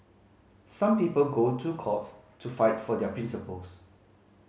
some people go to court to fight for their principles